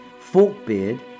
Forkbeard